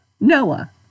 Noah